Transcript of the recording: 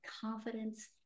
confidence